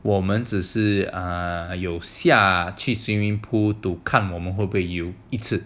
我们只是啊有下去 swimming pool to 看我们会不会游一次